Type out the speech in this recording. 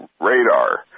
radar